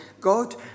God